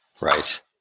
Right